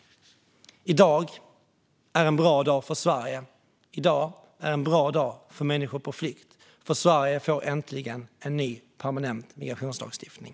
I dag är en bra dag för Sverige. I dag är en bra dag för människor på flykt. Sverige får äntligen en ny permanent migrationslagstiftning.